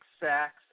sacks